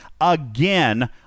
Again